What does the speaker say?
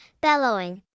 bellowing